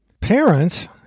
Parents